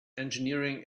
engineering